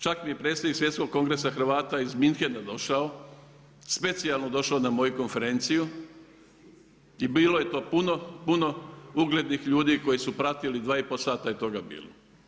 Čak mi je predsjednik Svjetskog kongresa Hrvata iz Münchena došao, specijalno došao na moju konferenciju i bilo je to puno, puno uglednih ljudi koji su pratili, 2,5 sata je toga bilo.